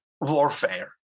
warfare